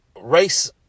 race